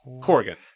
Corrigan